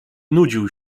nudził